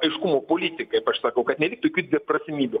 aiškumo politiką kaip aš sakau kad neliktų jokių dviprasmybių